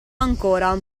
ancora